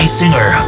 singer